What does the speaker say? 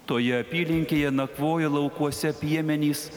toje apylinkėje nakvojo laukuose piemenys